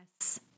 Yes